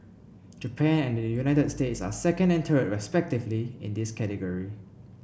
Japan and the United States are second and third respectively in this category